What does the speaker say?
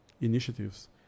initiatives